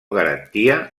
garantia